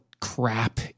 crap